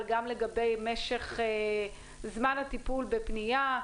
גם לגבי משך זמן הטיפול בפנייה.